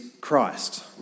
Christ